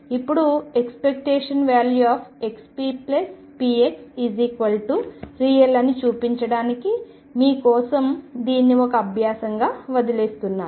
ఇప్పుడు ⟨xppx⟩ Real అని చూపించడానికి మీ కోసం దీన్ని ఒక అభ్యాసంగా వదిలివేస్తున్నాను